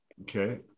Okay